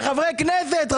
כחברי כנסת,